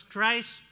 Christ